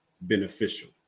beneficial